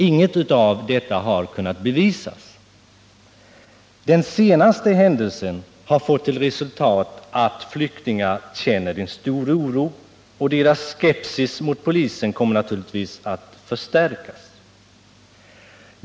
Ingenting sådant har kunnat bevisas, men den senaste händelsen har fått till resultat att flyktingar känner en stor oro, och deras skepsis mot polisen kommer naturligtvis att förstärkas.